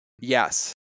Yes